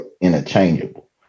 interchangeable